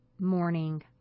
morning